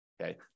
okay